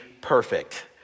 perfect